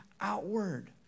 outward